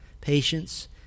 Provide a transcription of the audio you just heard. patience